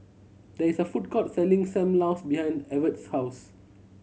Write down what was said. there is a food court selling Sam Lau behind Evert's house